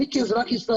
אני כאזרח,